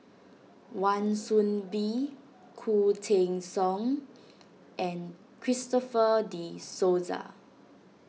Wan Soon Bee Khoo Teng Soon and Christopher De Souza